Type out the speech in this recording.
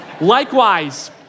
Likewise